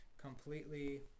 completely